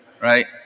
right